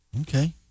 Okay